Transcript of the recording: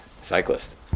cyclist